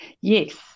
Yes